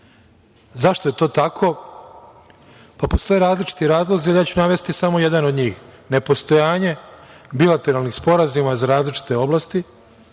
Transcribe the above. je to tako? Postoje različiti razlozi, ja ću navesti samo jedan od njih. Nepostojanje bilateralnih sporazuma za različite oblasti,